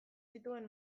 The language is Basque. zituen